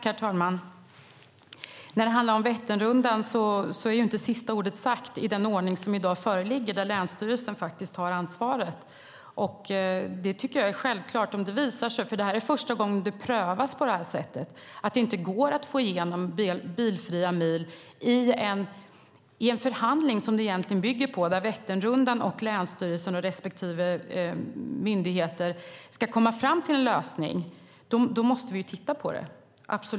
Herr talman! När det handlar om Vätternrundan är inte sista ordet sagt i den ordning som i dag föreligger, där länsstyrelsen har ansvaret. Det tycker jag är självklart. Det är första gången det prövas på det här sättet. Om det visar sig att det inte går att få igenom bilfria mil i den förhandling där Vätternrundan, länsstyrelsen och respektive myndigheter ska komma fram till en lösning måste vi absolut titta på det.